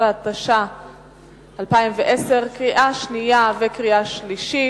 16), התש"ע 2010, קריאה שנייה וקריאה שלישית.